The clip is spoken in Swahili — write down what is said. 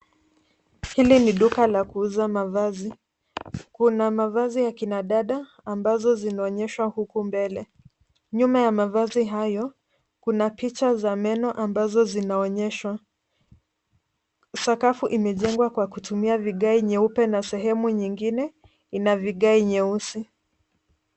Hili ni duka la kuuza mavazi. Kuna mavazi ya kinadada ambazo zinaonyeshwa huku mbele. Nyuma ya mavazi hayo, kuna picha za meno ambazo zinaonyeshwa. Sakafu imejengwa kwa kutumia vigae nyeupe na sehemu nyingine ina vigae nyeusi.